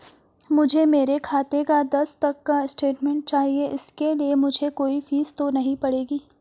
मुझे मेरे खाते का दस तक का स्टेटमेंट चाहिए इसके लिए मुझे कोई फीस तो नहीं पड़ेगी?